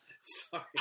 Sorry